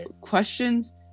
questions